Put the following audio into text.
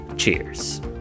Cheers